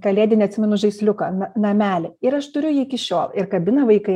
kalėdinį atsimenu žaisliuką namelį ir aš turiu jį iki šiol ir kabina vaikai